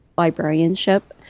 librarianship